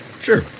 sure